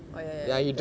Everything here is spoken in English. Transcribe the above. oh ya ya